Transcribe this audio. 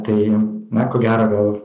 tai na ko gero gal